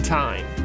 time